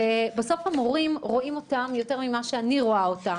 בסוף, המורים רואים אותם יותר ממה שאני רואה אותם.